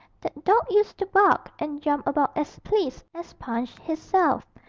that dawg used to bark and jump about as pleased as punch isself,